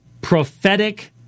prophetic